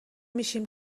میشیم